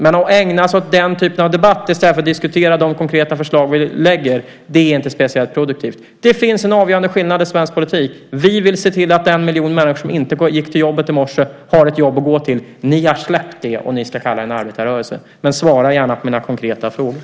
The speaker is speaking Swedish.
Att ägna sig åt den typen av debatt i stället för att diskutera de konkreta förslag vi lägger fram är inte speciellt produktivt. Det finns en avgörande skillnad i svensk politik. Vi vill se till att den miljon människor som inte gick till jobbet i morse har ett jobb att gå till. Ni har släppt det - och ni ska kalla er en arbetarrörelse. Svara gärna på mina konkreta frågor!